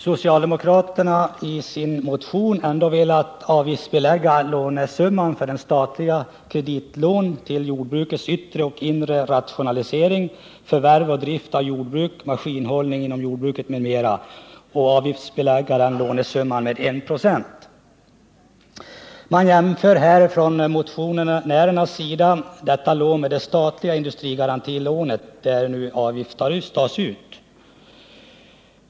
Socialdemokraterna har i sin motion ändå velat avgiftsbelägga lånesumman för statliga kreditgarantilån till jordbrukets yttre och inre rationalisering, förvärv och drift av jordbruk, maskinhållning inom jordbruket m.m. med 1 926. Motionärerna jämför detta lån med det statliga industrigarantilånet, där avgift tas ut.